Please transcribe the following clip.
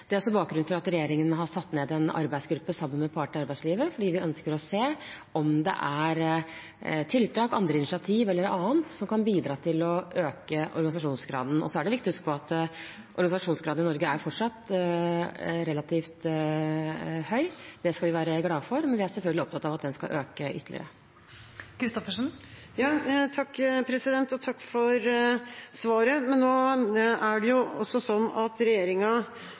Det er også bakgrunnen for at regjeringen har satt ned en arbeidsgruppe sammen med partene i arbeidslivet, fordi vi ønsker å se om det er tiltak, andre initiativ eller annet som kan bidra til å øke organisasjonsgraden. Så er det viktig å huske på at organisasjonsgraden i Norge fortsatt er relativt høy. Det skal vi være glade for, men vi er selvfølgelig opptatt av at den skal øke ytterligere. Takk for svaret. Men nå er det jo også sånn at regjeringa